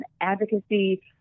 advocacy